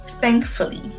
thankfully